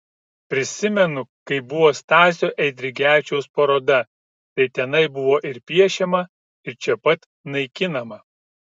prisimenu kai buvo stasio eidrigevičiaus paroda tai tenai buvo ir piešiama ir čia pat naikinama